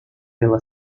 pela